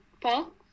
Paul